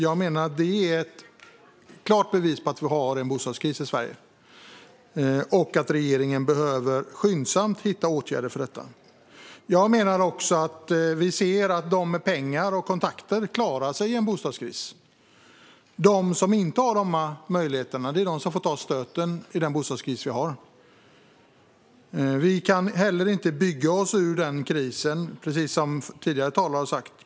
Jag menar att det är ett klart bevis på att vi har en bostadskris i Sverige och att regeringen skyndsamt behöver vidta åtgärder mot detta. Vi ser också att de som har pengar och kontakter klarar sig i en bostadskris. De som inte har det är de som får ta stöten i den bostadskris som vi har. Vi kan inte heller bygga oss ur denna kris, precis som tidigare talare har sagt.